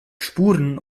spuren